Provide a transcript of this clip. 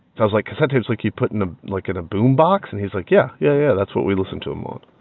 i was like, cassette tapes like you put in a like, in a boombox? and he's like, yeah. yeah, yeah, that's what we listened to them on.